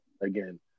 again